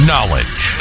Knowledge